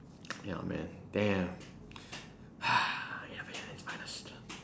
ya man damn ya man it's